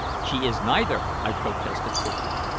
she is neither, i protested quickly.